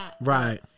Right